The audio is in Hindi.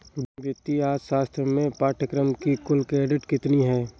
वित्तीय अर्थशास्त्र के पाठ्यक्रम की कुल क्रेडिट कितनी है?